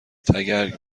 تگرگ